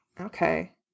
okay